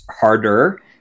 harder